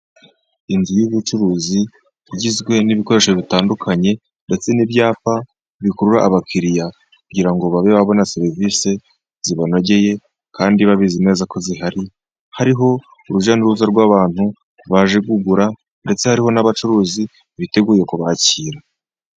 Inzu y'ubucuruzi igizwe n'ibikoresho bitandukanye, ndetse n'ibyapa bikurura abakiriya kugira ngo babe babona serivisi zibanogeye, kandi babizi neza ko zihari. Hariho urujya n'uruza rw'abantu baje kugura, ndetse hariho n'abacuruzi biteguye kubakira.